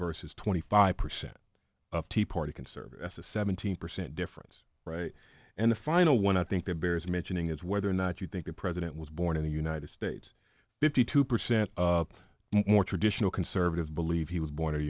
versus twenty five percent of tea party conservative as a seventeen percent difference right and the final one i think that bears mentioning is whether or not you think the president was born in the united states between two percent more traditional conservatives believe he was born